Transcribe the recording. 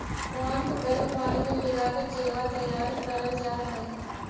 धान को गर्म पानी में भीगा कर चिड़वा तैयार करल जा हई